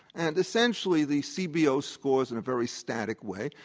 and essentially the cbo scores in a very static way.